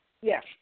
Yes